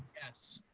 yes.